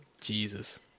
Jesus